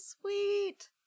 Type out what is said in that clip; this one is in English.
sweet